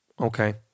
Okay